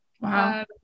wow